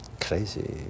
crazy